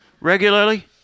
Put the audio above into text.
regularly